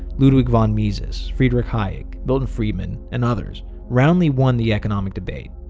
ludwig von mises, friedrich hayek, milton friedman and others roundly won the economic debate.